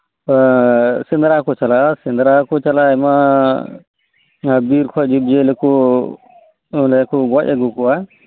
ᱥᱮᱸᱫᱽᱨᱟ ᱠᱩ ᱪᱟᱞᱟᱜ ᱟ ᱥᱮᱸᱫᱽᱨᱟ ᱠᱩ ᱪᱟᱞᱟᱜ ᱟ ᱟᱭᱢᱟ ᱵᱤᱨᱠᱷᱚᱡ ᱡᱤᱵᱡᱤᱭᱟᱹᱞᱤᱠᱩ ᱚᱸᱰᱮᱠᱩ ᱜᱚᱡ ᱟᱹᱜᱩᱠᱚᱣᱟ